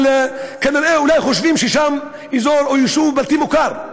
אבל כנראה חושבים ששם זה אזור או יישוב בלתי מוכר,